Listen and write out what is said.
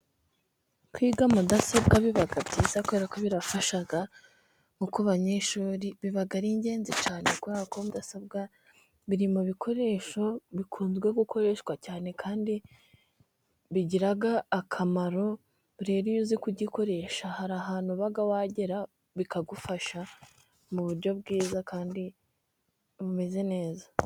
Kwiga mudasobwa biba byiza kubera ko birafasha, nko abanyeshuri biba ari ingenzi cyane, kuko mudasobwa biri mu bikoresho bikunzwe gukoreshwa cyane kandi bigira akamaro. Rero iyo uzi kugikoresha hari ahantu uba wagera bikagufasha mu buryo bwiza kandi bumeze neza.